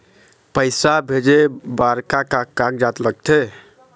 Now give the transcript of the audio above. पैसा भेजे बार का का कागजात लगथे?